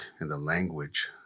language